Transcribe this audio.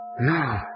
No